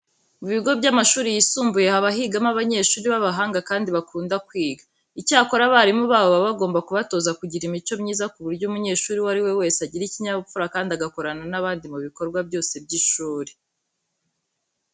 Mu bigo by'amashuri yisumbuye haba higamo abanyeshuri b'abahanga kandi bakunda kwiga. Icyakora, abarimu babo baba bagomba kubatoza kugira imico myiza ku buryo umunyeshuri uwo ari we wese agira ikinyabupfura kandi agakorana n'abandi mu bikorwa byose by'ishuri.